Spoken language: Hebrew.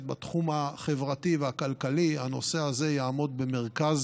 בתחום החברתי והכלכלי הנושא הזה יעמוד במרכז